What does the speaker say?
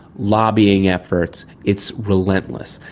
lobbying efforts, it's relentless.